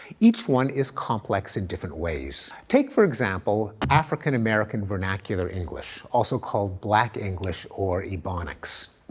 each one is complex in different ways. take for example, african-american vernacular english, also called black english or ebonics.